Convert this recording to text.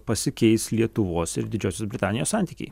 pasikeis lietuvos ir didžiosios britanijos santykiai